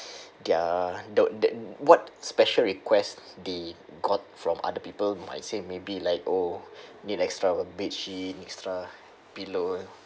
their what special requests they got from other people might say maybe like oh need extra bedsheet extra pillow